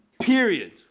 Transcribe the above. period